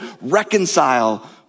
reconcile